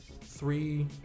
three